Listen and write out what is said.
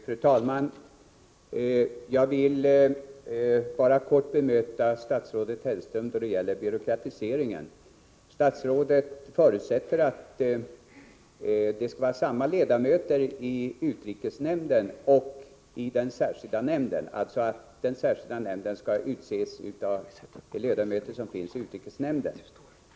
Fru talman! Jag vill bara kort bemöta statsrådet Hellström då det gäller byråkratiseringen. Statsrådet förutsätter att det skall vara samma ledamöter i utrikesnämnden och i den särskilda nämnden, alltså att den särskilda nämnden skall utses bland de ledamöter som finns i utrikesnämnden.